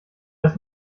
das